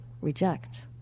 reject